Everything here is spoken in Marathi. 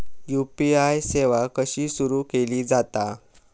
यू.पी.आय सेवा कशी सुरू केली जाता?